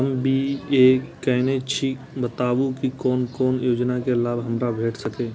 हम बी.ए केनै छी बताबु की कोन कोन योजना के लाभ हमरा भेट सकै ये?